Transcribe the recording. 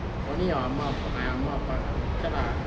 only your அம்மா அப்பா:amma appa eh அம்மா அப்பா:amma appa okay lah